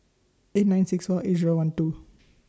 eight nine six four eight Zero one two